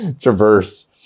traverse